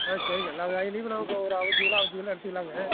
ஆ சரிங்க எல்லா காய்லேயும் நமக்கு ஒரு அவ்வஞ்சு கிலோ அவ்வஞ்சு கிலோ எடுத்துக்கலாங்க